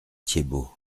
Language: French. thiebaut